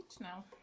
now